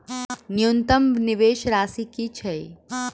न्यूनतम निवेश राशि की छई?